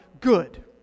good